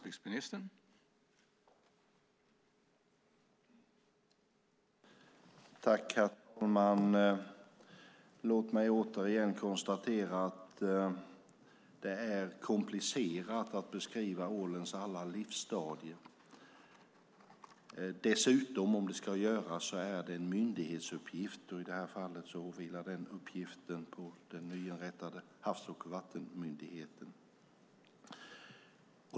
Herr talman! Låt mig återigen konstatera att det är komplicerat att beskriva ålens alla livsstadier. Om det ska göras är det dessutom en myndighetsuppgift, och i det här fallet åvilar den uppgiften den nyinrättade Havs och vattenmyndigheten.